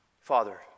Father